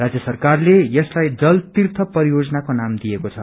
राज्य सरकारले यसलाई जलतीर्य परियोजनाको नाम दिएको छ